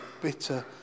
bitter